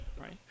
right